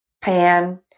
pan